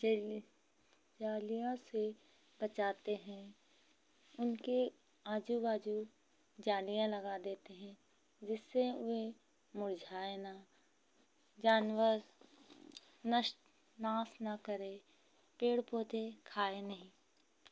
जरिये जालियाँ से बचाते हैं उनके आजू बाजू जालियाँ लगा देते हैं जिससे वे मुरझाएँ न जानवर नष्ट नाश न करें पेड़ पौधे खाएँ नहीं